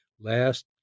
last